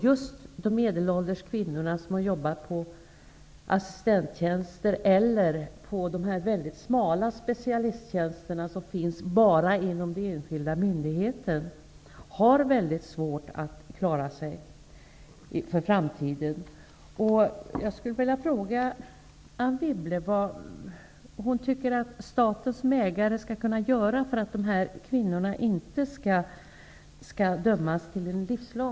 Just de medelålders kvinnorna som har jobbat på assistenttjänster eller på de mycket smala specialisttjänsterna som bara finns inom den enskilda myndigheten, har mycket svårt att klara sig i framtiden.